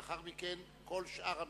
לאחר מכן, כל שאר המשתתפים,